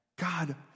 God